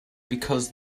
because